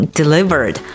delivered